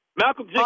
Malcolm